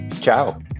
Ciao